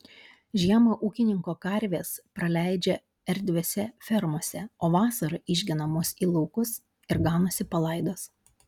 žiemą ūkininko karvės praleidžia erdviose fermose o vasarą išgenamos į laukus ir ganosi palaidos